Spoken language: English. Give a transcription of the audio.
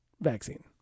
vaccine